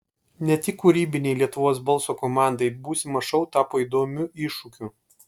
ne tik kūrybinei lietuvos balso komandai būsimas šou tapo įdomiu iššūkiu